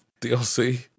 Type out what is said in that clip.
dlc